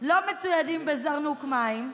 לא מצוידים בזרנוק מים.